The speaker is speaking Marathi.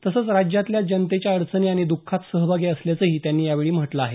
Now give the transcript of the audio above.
तसंच राज्यातल्या जनतेच्या अडचणी आणि द्ःखात सहभागी असल्याचंही त्यांनी यावेळी म्हटलं आहे